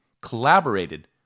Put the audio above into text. collaborated